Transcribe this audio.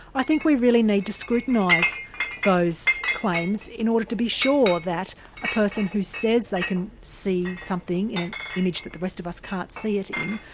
i think we really need to scrutinise those claims in order to be sure that a person who says they can see something in an image that the rest of us can't see it in,